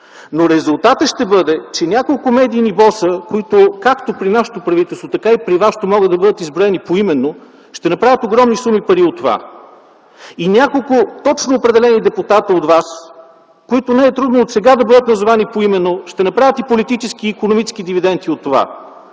цифровизацията ще бъде, че няколко медийни боса, които както при нашето правителство, така и при вашето, могат да бъдат изброени поименно – ще направят огромни суми пари от това, и няколко точно определени депутати от вас, които не е трудно сега да бъдат назовани поименно, ще направят и икономически, и политически дивиденти от това.